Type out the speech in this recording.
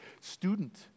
student